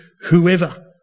whoever